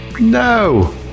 No